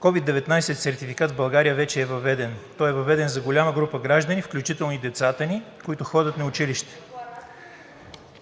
COVID-19 сертификат в България вече е въведен. Той е въведен за голяма група граждани, включително и децата ни, които ходят на училище.